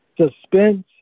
suspense